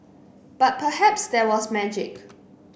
but perhaps there was magic